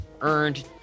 earned